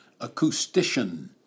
acoustician